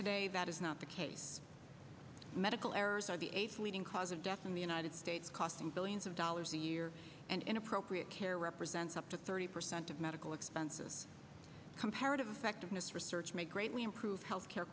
today that is not the case medical errors are the leading cause of death in the united states costing billions of dollars a year and in appropriate care represents up to thirty percent of medical expenses comparative effectiveness research may greatly improve health care